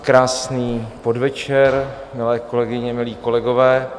Krásný podvečer, milé kolegyně, milí kolegové.